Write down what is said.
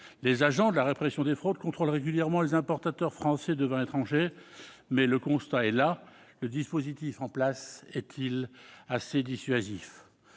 Les agents de la répression des fraudes contrôlent régulièrement les importateurs français de vins étrangers, mais le constat est là. Le dispositif en place est-il assez dissuasif ?